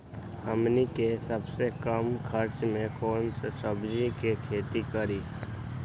हमनी के सबसे कम खर्च में कौन से सब्जी के खेती करी?